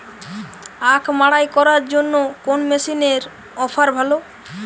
আখ মাড়াই করার জন্য কোন মেশিনের অফার ভালো?